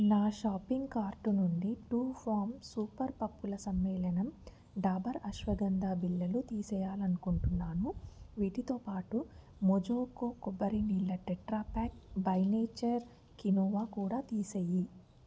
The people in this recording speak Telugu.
నా షాపింగ్ కార్ట్ నుండి ట్రూఫామ్ సూపర్ పప్పుల సమ్మేళనం డాబర్ అశ్వగంధా బిళ్ళలు తీసేయాలనుకుంటున్నాను వీటితోపాటు మొజోకో కొబ్బరి నీళ్ళ టెట్రాప్యాక్ బైనేచర్ కీనోవ కూడా తీసేయి